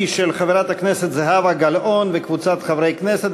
היא של חברת הכנסת זהבה גלאון וקבוצת חברי כנסת,